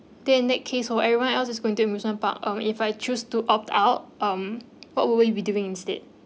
then in that case how everyone else is going to museum park um if I choose to opt out um what will we be doing instead